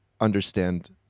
understand